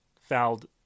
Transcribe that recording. fouled